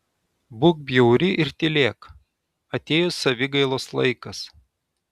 būk bjauri ir tylėk atėjo savigailos laikas